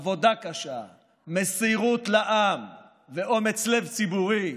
עבודה קשה, מסירות לעם ואומץ לב ציבורי,